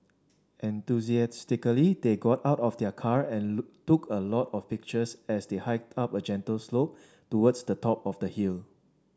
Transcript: enthusiastically they got out of the car and look took a lot of pictures as they hiked up a gentle slope towards the top of the hill